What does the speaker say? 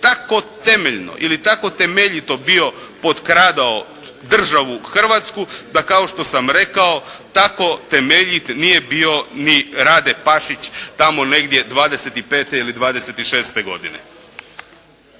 tako temeljno ili tako temeljito bio potkradao Državu Hrvatsku da kao što sam rekao, tako temeljit nije bio ni Rade Pašić tamo negdje '25. ili '26. godine.